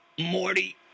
Morty